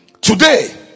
Today